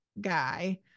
guy